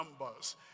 numbers